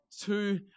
two